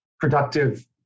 productive